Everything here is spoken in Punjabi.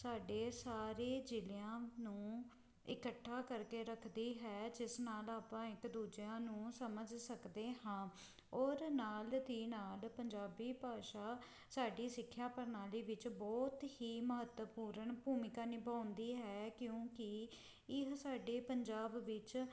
ਸਾਡੇ ਸਾਰੇ ਜ਼ਿਲ੍ਹਿਆਂ ਨੂੰ ਇਕੱਠਾ ਕਰਕੇ ਰੱਖਦੀ ਹੈ ਜਿਸ ਨਾਲ ਆਪਾਂ ਇੱਕ ਦੂਜਿਆਂ ਨੂੰ ਸਮਝ ਸਕਦੇ ਹਾਂ ਔਰ ਨਾਲ ਦੀ ਨਾਲ ਪੰਜਾਬੀ ਭਾਸ਼ਾ ਸਾਡੀ ਸਿੱਖਿਆ ਪ੍ਰਣਾਲੀ ਵਿੱਚ ਬਹੁਤ ਹੀ ਮਹੱਤਵਪੂਰਨ ਭੂਮਿਕਾ ਨਿਭਾਉਂਦੀ ਹੈ ਕਿਉਂਕਿ ਇਹ ਸਾਡੇ ਪੰਜਾਬ ਵਿੱਚ